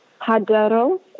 Hadero